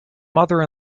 mother